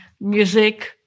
music